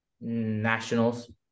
nationals